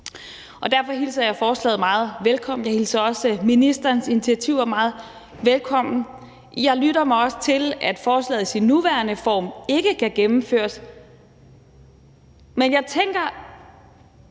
Derfor hilser jeg forslaget meget velkommen. Jeg hilser også ministerens initiativer meget velkommen. Jeg lytter mig også til, at forslaget i sin nuværende form ikke kan gennemføres, men jeg tænker,